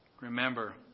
Remember